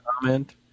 comment